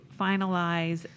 finalize